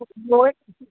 Joy